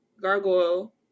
Gargoyle